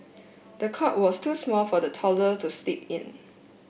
the cot was too small for the toddler to sleep in